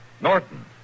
Norton